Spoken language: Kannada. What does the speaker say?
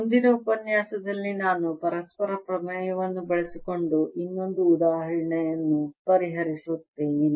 ಮುಂದಿನ ಉಪನ್ಯಾಸದಲ್ಲಿ ನಾನು ಪರಸ್ಪರ ಪ್ರಮೇಯವನ್ನು ಬಳಸಿಕೊಂಡು ಇನ್ನೊಂದು ಉದಾಹರಣೆಯನ್ನು ಪರಿಹರಿಸುತ್ತೇನೆ